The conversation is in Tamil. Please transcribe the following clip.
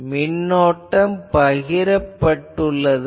ஆகவே மின்னோட்டம் பகிரப்பட்டுள்ளது